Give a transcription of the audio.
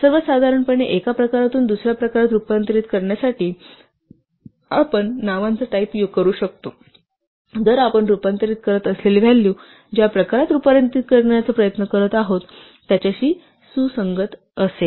सर्वसाधारणपणे एका प्रकारातून दुसऱ्या प्रकारात रूपांतरित करण्यासाठी आपण नावांचा टाइप करू शकतो जर आपण रूपांतरित करत असलेले व्हॅलू ज्या प्रकारात रूपांतरित करण्याचा प्रयत्न करीत आहोत त्याच्याशी सुसंगत असेल